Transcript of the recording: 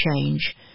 change